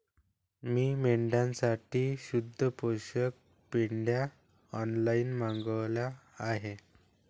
मी मेंढ्यांसाठी शुद्ध पौष्टिक पेंढा ऑनलाईन मागवला आहे